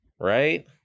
right